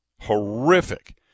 Horrific